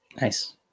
Nice